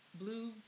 blue